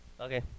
Okay